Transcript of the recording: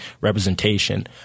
representation